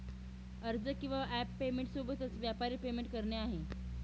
अर्ज किंवा app payment सोबतच, व्यापारी पेमेंट करणे आहे